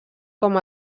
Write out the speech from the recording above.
com